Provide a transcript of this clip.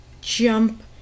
jump